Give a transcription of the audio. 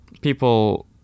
people